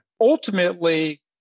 ultimately